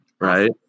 right